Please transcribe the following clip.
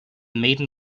maiden